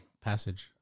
passage